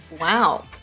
Wow